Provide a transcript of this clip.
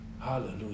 hallelujah